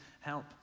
help